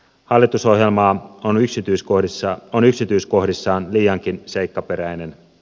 hallitusohjelma on yksityiskohdissaan liiankin seikkaperäinen